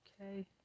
okay